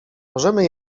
możemy